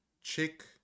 chick